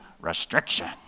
restriction